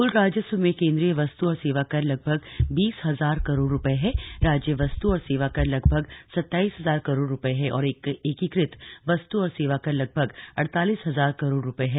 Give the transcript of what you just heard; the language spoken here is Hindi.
कुल राजस्व में केंद्रीय वस्तु और सेवा कर लगभग बीस हजार करोड़ रुपये है राज्य वस्तु और सेवा कर लगभग सत्ताईस हजार करोड़ रुपये है और एकीकृत वस्तु और सेवाकर लगभग अड़तालीस हजार करोड़ रुपये है